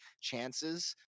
chances